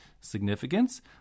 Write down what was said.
significance